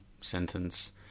sentence